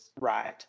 Right